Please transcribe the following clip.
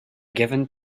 given